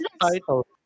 title